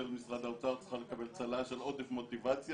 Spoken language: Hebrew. משרד האוצר צריכה לקבל צל"ש על עודף מוטיבציה.